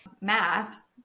math